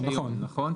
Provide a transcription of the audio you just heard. נכון,